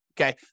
Okay